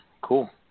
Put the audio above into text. cool